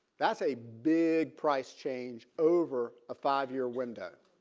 that's a big price change over a five year window.